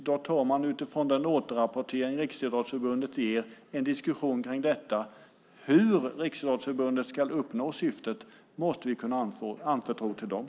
Då får vi med utgångspunkt i den återrapport Riksidrottsförbundet ger ta en diskussion om detta. Hur Riksidrottsförbundet ska uppnå syftet måste vi anförtro till förbundet.